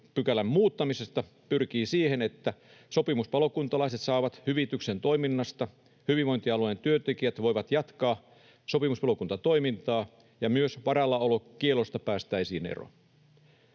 95 §:n muuttamisesta pyrkii siihen, että sopimuspalokuntalaiset saavat hyvityksen toiminnasta, hyvinvointialojen työntekijät voivat jatkaa sopimuspalokuntatoimintaa ja myös varallaolokiellosta päästäisiin eroon.